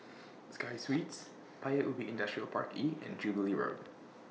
Sky Suites Paya Ubi Industrial Park E and Jubilee Road